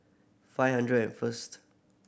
five hundred and first